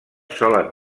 solen